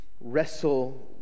wrestle